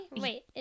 wait